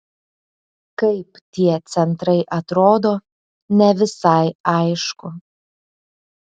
kaip tie centrai atrodo ne visai aišku